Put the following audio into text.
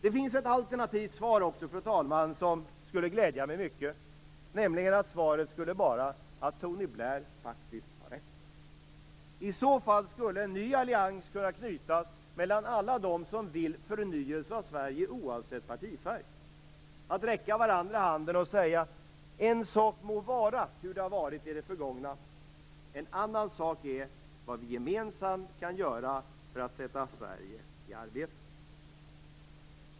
Det finns också ett alternativt svar, fru talman, som skulle glädja mig mycket, och det svaret skulle vara att Tony Blair faktiskt har rätt. I så fall skulle en ny allians kunna knytas mellan alla - oavsett partifärg - som vill få en förnyelse av Sverige. De kan räcka varandra handen och säga: Det må vara en sak hur det har varit i det förgångna. En annan sak är vad vi gemensamt kan göra för att sätta Sverige i arbete.